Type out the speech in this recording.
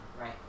right